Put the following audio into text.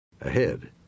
Ahead